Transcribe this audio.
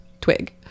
twig